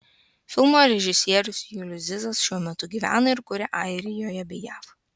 filmo režisierius julius zizas šiuo metu gyvena ir kuria airijoje bei jav